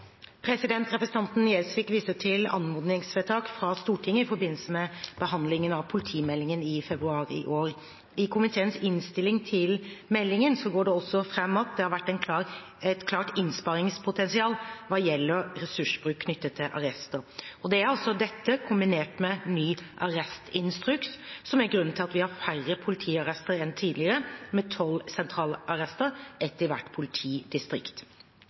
Representanten Gjelsvik viser til anmodningsvedtaket fra Stortinget i forbindelse med behandlingen av politimeldingen i februar i år. I komiteens innstilling til meldingen går det fram at «det har vært et klart innsparingspotensial hva gjelder ressursbruk knyttet til arrester». Det er dette kombinert med ny arrestinstruks som er grunnen til at vi har færre politiarrester enn tidligere, med tolv sentralarrester, ett i hvert politidistrikt.